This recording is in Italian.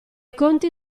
conti